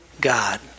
God